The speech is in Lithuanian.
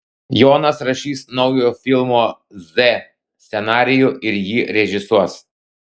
jonas rašys naujojo filmo z scenarijų ir jį režisuos